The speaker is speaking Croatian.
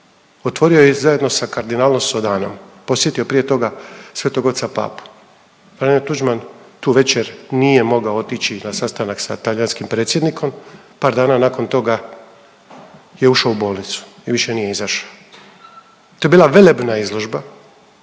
Otvorio ju je zajedno sa kardinalom Sodanom, posjetio prije toga Svetog Oca Papu. Franjo Tuđman tu večer nije mogao otići na sastanak sa talijanskim predsjednikom, par dana nakon toga je ušao u bolnicu i više nije izašao. To je bila velebna izložba